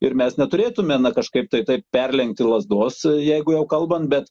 ir mes neturėtume na kažkaip tai taip perlenkti lazdos jeigu jau kalbam bet